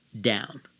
down